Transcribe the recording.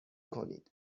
کنید